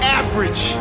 average